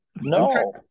No